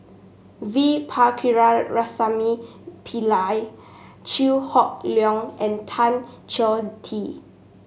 V Pillai Chew Hock Leong and Tan Choh Tee